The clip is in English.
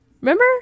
Remember